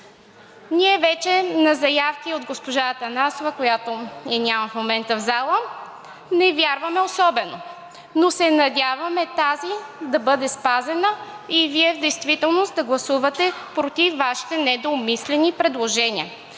Ние вече на заявки от госпожа Атанасова, която я няма в момента в залата, не вярваме особено, но се надяваме тази да бъде спазена и Вие в действителност да гласувате против Вашите недообмислени предложения.